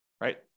right